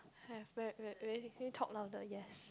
have very very can you talk louder yes